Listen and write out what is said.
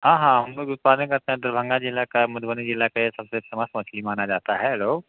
हाँ हाँ हम लोग उत्पादन करते हैं दरभंगा जिला का मधुबनी जिला का ये सबसे फेमस मछली माना जाता है रोहू